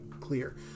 clear